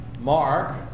Mark